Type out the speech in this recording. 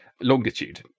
longitude